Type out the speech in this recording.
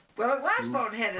well, it was boneheaded